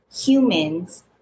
humans